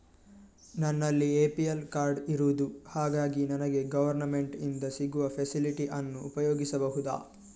ನನ್ನಲ್ಲಿ APL card ಇರುದು ಹಾಗಾಗಿ ನನಗೆ ಗವರ್ನಮೆಂಟ್ ಇಂದ ಸಿಗುವ ಫೆಸಿಲಿಟಿ ಅನ್ನು ಉಪಯೋಗಿಸಬಹುದಾ?